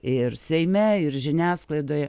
ir seime ir žiniasklaidoje